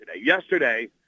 yesterday –